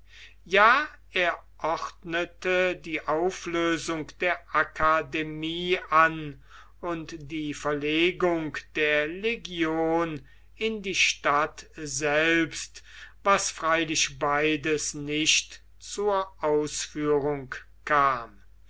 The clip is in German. ja er ordnete die auflösung der akademie an und die verlegung der legion in die stadt selbst was freilich beides nicht zur ausführung kam